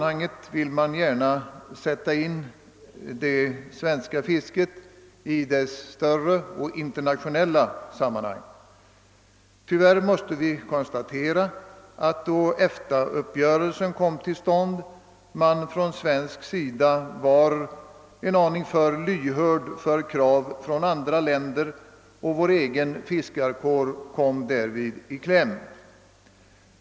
Här vill man gärna sätta in det svenska fisket i dess större och internatio nella sammanhang. Tyvärr måste vi konstatera att man då EFTA-uppgörelsen kom till stånd från svensk sida var en aning för lyhörd för kraven från andra länder, varvid vår egen fiskarkår kom i kläm.